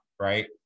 right